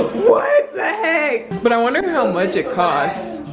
what the heck. but i wonder how much it costs?